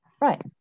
Right